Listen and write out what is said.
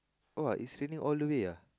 uh it's raining all the way ah